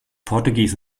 portuguese